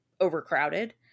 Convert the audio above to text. overcrowded